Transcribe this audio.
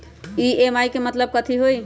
EMI के मतलब कथी होई?